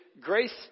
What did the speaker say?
grace